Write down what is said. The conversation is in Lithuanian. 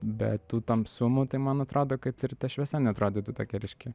be tų tamsumų tai man atrodo kad ir ta šviesa neatrodytų tokia ryški